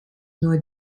nur